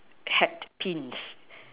hat pints